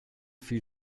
feel